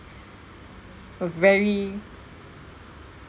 a very